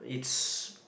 it's